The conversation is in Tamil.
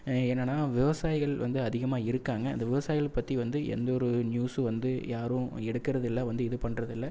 என்னனா விவசாயிகள் வந்து அதிகமாக இருக்காங்க அந்த விவசாயிகள் பற்றி வந்து எந்த ஒரு நியூஸும் வந்து யாரும் எடுக்கிறது இல்லை வந்து இது பண்ணுறதில்ல